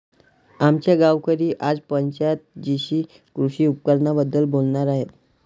आमचे गावकरी आज पंचायत जीशी कृषी उपकरणांबद्दल बोलणार आहेत